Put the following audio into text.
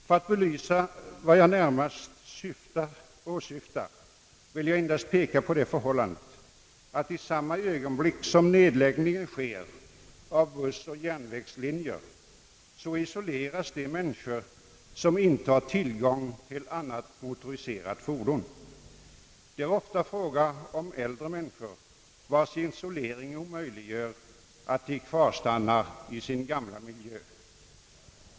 För att belysa vad jag närmast åsyftar vill jag endast peka på det förhållandet att i samma ögonblick som nedläggningen sker av bussoch järnvägslinjer isoleras de människor, som inte har tillgång till annat motoriserat fordon. Det är ofta fråga om äldre människor, vilkas isolering omöjliggör ett kvarstannande i den gamla miljön.